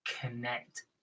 connect